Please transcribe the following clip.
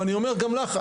ואני אומר גם לך,